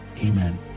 Amen